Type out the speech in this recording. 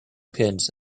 pins